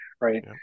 right